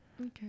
Okay